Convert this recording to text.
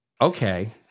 Okay